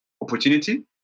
opportunity